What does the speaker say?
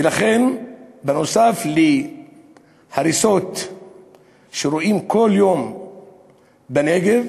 ולכן, נוסף על הריסות שרואים כל יום בנגב,